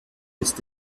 ist